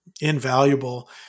invaluable